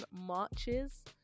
marches